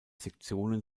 sektionen